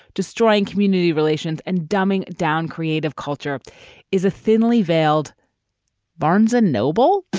destroying community relations and dumbing down creative culture is a thinly veiled barnes and noble